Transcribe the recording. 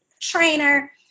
trainer